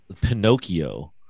Pinocchio